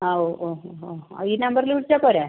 ആ ഓ ഓ ഓ ഓ ആ ഈ നമ്പറിൽ വിളിച്ചാൽ പോരേ